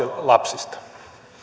lapsista